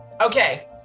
Okay